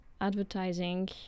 advertising